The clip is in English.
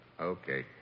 Okay